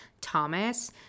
Thomas